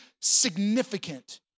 significant